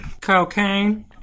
Cocaine